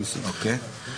כן.